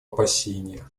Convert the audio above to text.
опасения